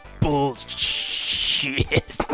bullshit